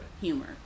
Humor